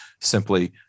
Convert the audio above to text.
simply